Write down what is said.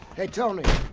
hey, tony.